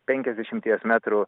penkiasdešimties metrų